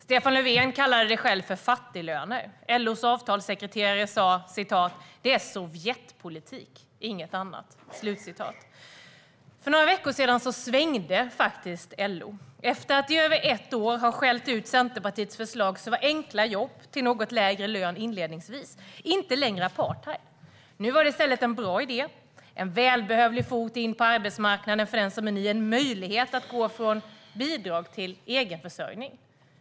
Stefan Löfven kallade det själv för fattiglöner. LO:s avtalssekreterare sa: "Det är Sovjetpolitik, inget annat." För några veckor sedan svängde faktiskt LO. Efter att man i över ett år hade skällt ut Centerpartiets förslag var enkla jobb till något lägre lön, inledningsvis, inte längre apartheid. Nu var det i stället en bra idé, en välbehövlig fot in på arbetsmarknaden för den som är ny och en möjlighet att gå från bidrag till egenförsörjning.